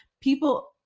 people